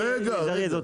רגע, רגע.